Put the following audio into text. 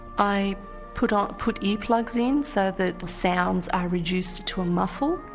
i put um put earplugs in so that sounds are reduced to a muffle.